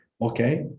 okay